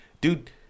dude